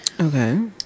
Okay